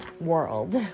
World